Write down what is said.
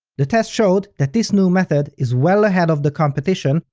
the test showed that this new method is well ahead of the competition,